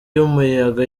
y’umuyaga